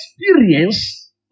experience